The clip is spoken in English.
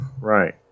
Right